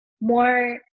more